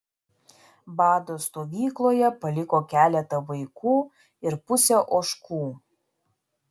bado stovykloje paliko keletą vaikų ir pusę ožkų